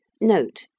Note